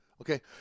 Okay